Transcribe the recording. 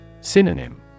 Synonym